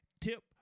tip